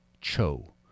Cho